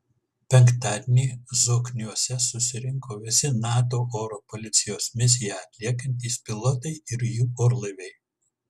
penktadienį zokniuose susirinko visi nato oro policijos misiją atliekantys pilotai ir jų orlaiviai